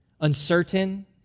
uncertain